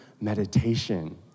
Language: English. meditation